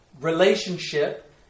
relationship